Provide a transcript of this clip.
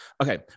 Okay